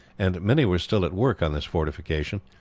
and many were still at work on this fortification.